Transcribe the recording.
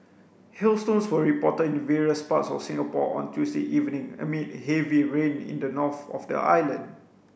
hailstones were reported in various parts of Singapore on Tuesday evening amid heavy rain in the north of the island